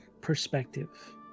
perspective